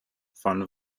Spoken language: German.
von